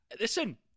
Listen